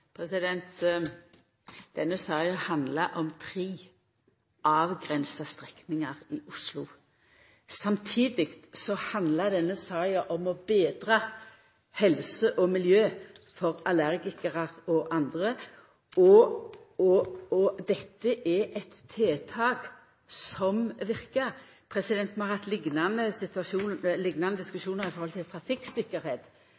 Denne saka handlar om tre avgrensa strekningar i Oslo. Samtidig handlar denne saka om å betra helsa og miljøet for allergikarar og andre. Dette er eit tiltak som verkar. Vi har hatt liknande